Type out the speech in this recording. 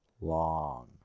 long